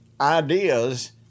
ideas